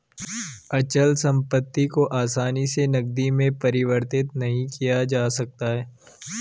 अचल संपत्ति को आसानी से नगदी में परिवर्तित नहीं किया जा सकता है